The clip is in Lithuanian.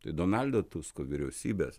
tai donaldo tusko vyriausybės